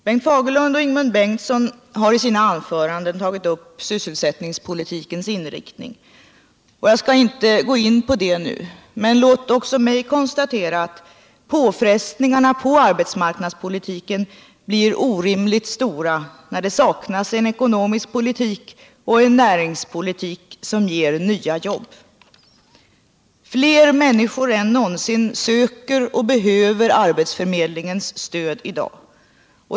Bengt Fagerlund och Ingemund Bengtsson har i sina anföranden tagit upp sysselsättningspolitikens inriktning. Jag skall inte gå in på det nu, men låt också mig konstatera att påfrestningarna på arbetsmarknadspolitiken blir orimligt stora när det saknas en ekonomisk politik och en näringspolitik som ger nya jobb. Fler människor än någonsin söker och behöver arbetsförmedlingens stöd i dag.